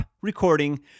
recording